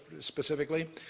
specifically